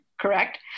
correct